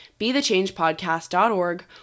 bethechangepodcast.org